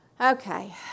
Okay